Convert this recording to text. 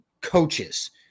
coaches